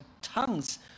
tongues